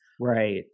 Right